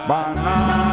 Banana